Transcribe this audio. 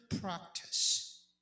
practice